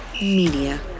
Media